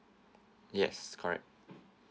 yes correct